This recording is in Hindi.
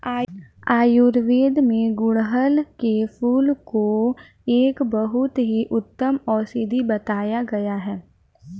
आयुर्वेद में गुड़हल के फूल को एक बहुत ही उत्तम औषधि बताया गया है